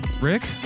Rick